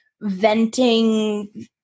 venting